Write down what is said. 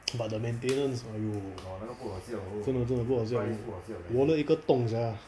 but the maintenance !aiyo! 真的真的不好笑 wallet 一个洞 sia